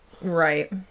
Right